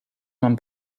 man